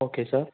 okay sir